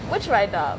which write-up